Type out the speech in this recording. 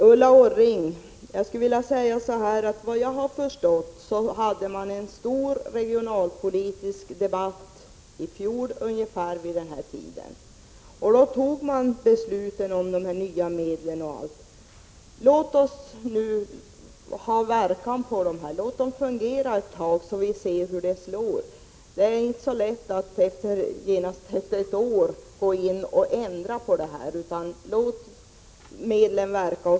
Efter vad jag förstått, Ulla Orring, hade man en stor regionalpolitisk debatt i fjol ungefär vid den här tiden. Då togs besluten om nya regionalpolitiska medel. Låt dem fungera ett tag, så får vi se hur de slår. Det är inte så lätt att genast efter ett år gå in och ändra på dem. Låt medlen verka.